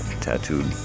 tattooed